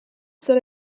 zer